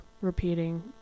repeating